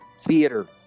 theater